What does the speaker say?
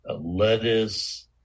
lettuce